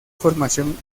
formación